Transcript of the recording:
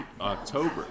October